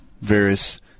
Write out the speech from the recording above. various